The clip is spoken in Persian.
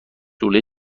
لوله